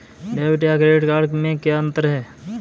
Debit या credit card में क्या अन्तर है?